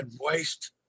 waste